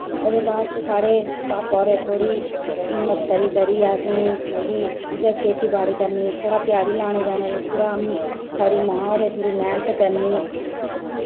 ओह्दे बाच साढ़े पापा होरें थोह्ड़ी हिम्मत करी करियै असें मतलब कि उऐ खेती बाड़ी करनी थोह्ड़ा ध्याड़ी लाने जाना उठी थोह्ड़ा साढ़ी मां होरें थोह्ड़ी मेह्नत करनी